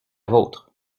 vôtre